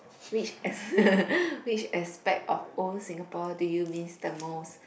which as~ which aspect of old Singapore do you miss the most